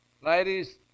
ladies